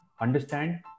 Understand